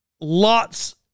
lots